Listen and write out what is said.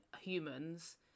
humans